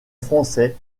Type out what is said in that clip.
français